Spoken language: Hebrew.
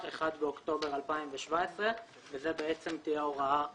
(1 באוקטובר 2017). וזו תהיה ההוראה הקבועה.